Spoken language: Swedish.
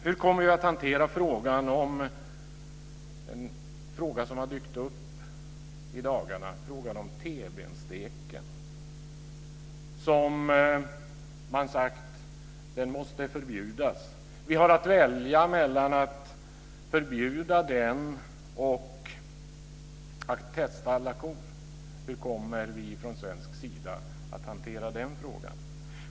Hur kommer vi att hantera T-bensteken - en fråga som har dykt upp i dagarna - som man sagt måste förbjudas. Vi har att välja mellan att förbjuda den och att testa alla kor. Hur kommer vi från svensk sida att hantera den frågan?